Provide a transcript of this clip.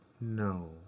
No